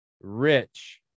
rich